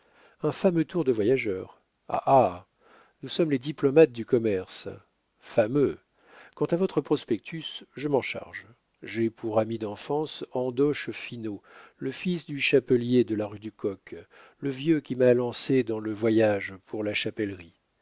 un fameux tour de voyageur ah ah nous sommes les diplomates du commerce fameux quant à votre prospectus je m'en charge j'ai pour ami d'enfance andoche finot le fils du chapelier de la rue du coq le vieux qui m'a lancé dans le voyage pour la chapellerie